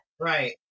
Right